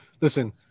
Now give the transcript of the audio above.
listen